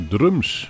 Drums